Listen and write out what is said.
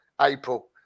April